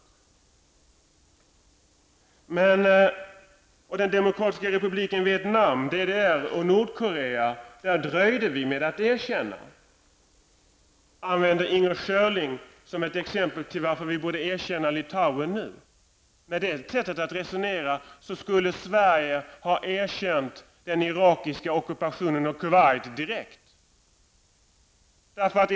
När det gäller Demokratiska republiken Vietnam, DDR och Nordkorea dröjde Sverige med att erkänna. Dessa länder använder Inger Schörling som exempel och argument för att vi nu bör erkänna Litauen. Med detta sätt att resonera skulle Sverige direkt ha erkänt den irakiska ockupationen av Kuwait.